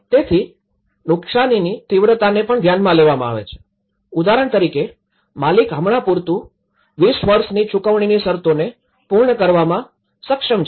તેથી નુકસાનની તીવ્રતા પણ ધ્યાનમાં લેવામાં આવે છે ઉદાહરણ તરીકે માલિક હમણાં પૂરતું 20 વર્ષની ચુકવણીની શરતોને પૂર્ણ કરવામાં સક્ષમ છે